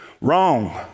Wrong